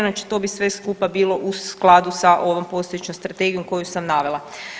Znači to bi sve skupa bilo u skladu sa ovom postojećom strategijom koju sam navela.